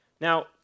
Now